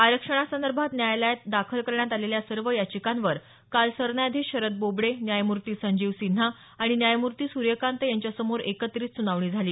आरक्षणासंदर्भात न्यायालयात दाखल करण्यात आलेल्या सर्व याचिकांवर काल सरन्यायाधीश शरद बोबडे न्यायमूर्ती संजीव सिन्हा आणि न्यायमूर्ती सुर्यकांत यांच्यासमोर एकत्रित सुनावणी झाली